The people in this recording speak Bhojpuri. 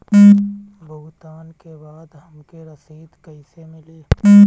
भुगतान के बाद हमके रसीद कईसे मिली?